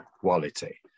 quality